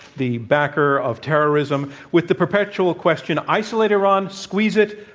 the backer of terrorism, with the perpetual question isolate iran, squeeze it,